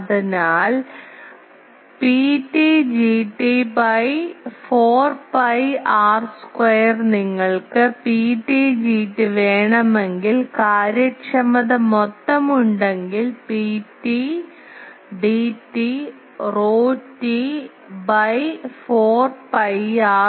അതിനാൽ Pt Gt by 4 pi R square നിങ്ങൾക്ക് Pt Gt വേണമെങ്കിൽ കാര്യക്ഷമത മൊത്തം ഉണ്ടെങ്കിൽ Pt Dt ρt by 4 pi R square